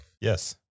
Yes